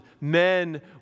men